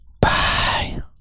Bye